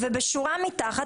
בשורה מתחת,